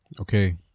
okay